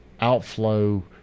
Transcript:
Outflow